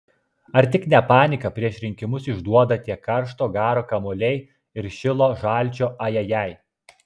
ar tik ne paniką prieš rinkimus išduoda tie karšto garo kamuoliai ir šilo žalčio ajajai